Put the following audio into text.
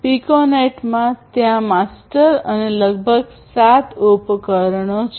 પિકોનેટમાં ત્યાં માસ્ટર અને લગભગ 7 ઉપકરણો છે